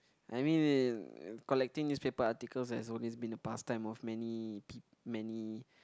I mean collecting newspaper articles has always been a past time of many peo~ many